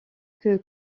que